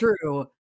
true